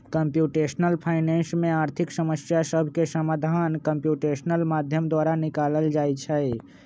computational finance में आर्थिक समस्या सभके समाधान कंप्यूटेशनल माध्यम द्वारा निकालल जाइ छइ